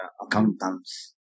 accountants